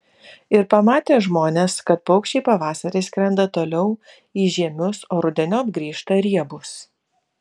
ir pamatė žmonės kad paukščiai pavasarį skrenda toliau į žiemius o rudeniop grįžta riebūs